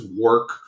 work